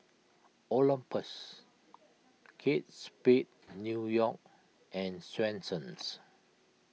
Olympus Kate Spade New York and Swensens